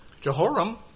Jehoram